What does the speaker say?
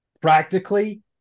Practically